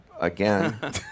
again